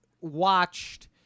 watched